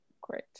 great